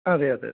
അതെയതെ